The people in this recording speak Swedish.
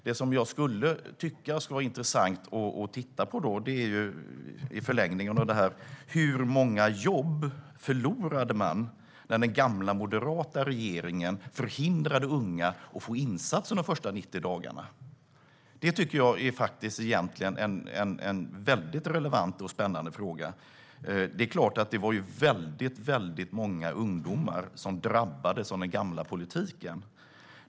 Det jag skulle tycka vore intressant att titta på är hur många jobb man i förlängningen förlorade när den gamla moderata regeringen förhindrade att unga fick insatser de första 90 dagarna. Det tycker jag är en väldigt relevant och spännande fråga. Det är klart att det var väldigt många ungdomar som drabbades av den gamla politiken.